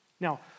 Now